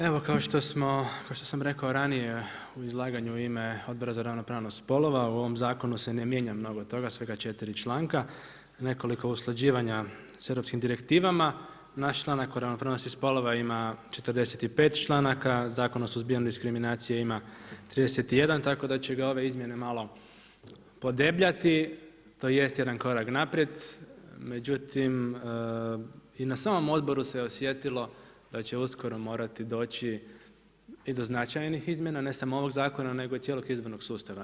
Evo kao što sam rekao ranije u izlaganju Odbora za ravnopravnost spolova, u ovom zakonu se ne mijenja mnogo toga, svega 4 članka, nekoliko usklađivanja sa europskim direktivama, naš članak o ravnopravnost spolova ima 45 članaka, Zakon o suzbijanju diskriminacije ima 31 tako da će ga ove izmjene malo podebljati, tj. jedan korak naprijed, međutim i na samom odboru se osjetilo da će uskoro morati doći i do značajnih izmjena ne samo ovog zakona nego i cijelog izbornog sustava.